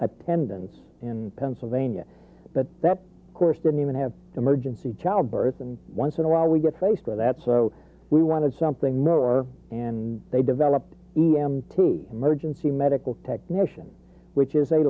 attendants in pennsylvania but that course didn't even have emergency childbirth and once in a while we get faced with that so we wanted something more and they developed them to the emergency medical technician which is a